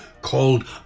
called